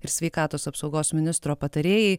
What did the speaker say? ir sveikatos apsaugos ministro patarėjai